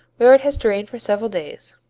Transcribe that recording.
where it has drained for several days